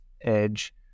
edge